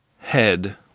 head